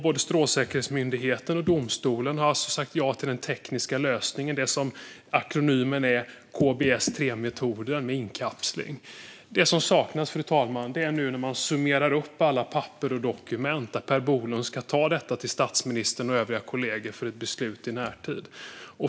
Både Strålsäkerhetsmyndigheten och domstolen har sagt ja till den tekniska lösningen med inkapsling, vars akronym är KBS-3-metoden. Det som saknas, fru talman, när man nu summerar alla papper och dokument är att Per Bolund ska ta detta till statsministern och övriga kollegor för ett beslut i närtid.